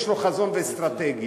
יש לו חזון ואסטרטגיה.